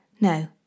No